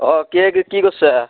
অঁ কিয়ে কি কৰছা